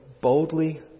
boldly